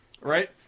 Right